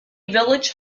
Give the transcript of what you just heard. village